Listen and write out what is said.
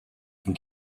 can